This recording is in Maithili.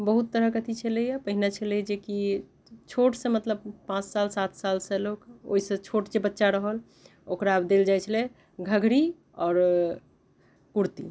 बहुत तरहके अथि छलै हँ पहिने छलै हँ जे कि छोट से मतलब पाँच साल सात साल से लोक ओहि से छोट जे बच्चा रहल ओकरा देल जाइत छलै घघरी आओर कुर्ती